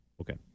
Okay